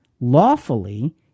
lawfully